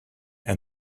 and